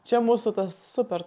čia mūsų tas super